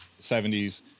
70s